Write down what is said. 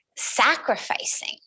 sacrificing